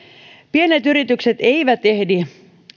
pienet yritykset eivät ehdi